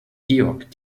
georg